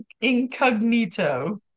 incognito